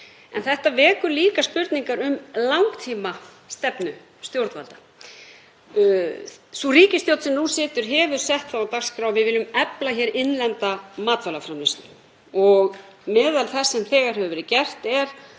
Þetta vekur líka spurningar um langtímastefnu stjórnvalda. Sú ríkisstjórn sem nú situr hefur sett það á dagskrá að við viljum efla innlenda matvælaframleiðslu. Meðal þess sem þegar hefur verið gert er